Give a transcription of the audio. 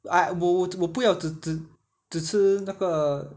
I 我我我不要只只只吃那个